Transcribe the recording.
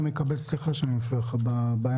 סליחה שאני מפריע לך באמצע.